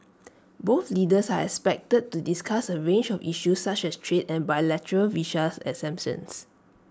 both leaders are expected to discuss A range of issues such as trade and bilateral visa exemptions